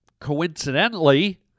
coincidentally